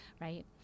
right